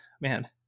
man